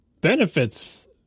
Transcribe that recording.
benefits